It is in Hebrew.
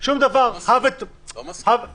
לא 8%, ל-10%.